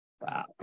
Wow